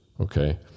Okay